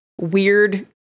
weird